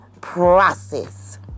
process